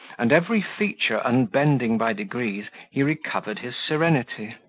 and every feature unbending by degrees, he recovered his serenity.